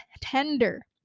tender